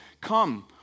Come